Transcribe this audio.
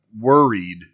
worried